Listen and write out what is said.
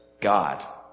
God